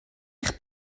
eich